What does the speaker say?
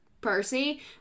Percy